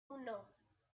uno